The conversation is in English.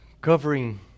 covering